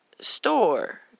store